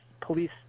police